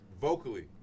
Vocally